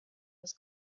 was